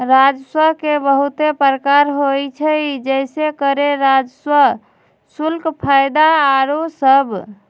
राजस्व के बहुते प्रकार होइ छइ जइसे करें राजस्व, शुल्क, फयदा आउरो सभ